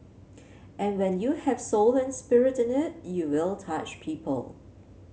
and when you have soul and spirit in it you will touch people